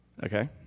okay